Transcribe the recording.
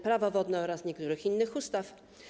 Prawo wodne oraz niektórych innych ustaw.